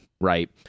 right